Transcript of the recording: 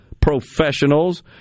professionals